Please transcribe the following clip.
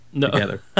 together